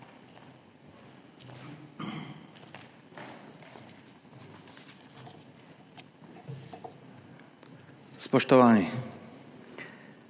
Spoštovani!